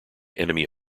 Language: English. enemy